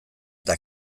eta